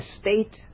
state